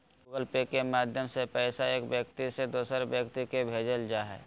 Google Pay के माध्यम से पैसा एक व्यक्ति से दोसर व्यक्ति के भेजल जा हय